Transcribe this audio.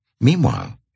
Meanwhile